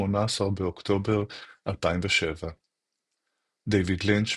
18 באוקטובר 2007 דייוויד לינץ',